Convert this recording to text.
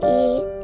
eat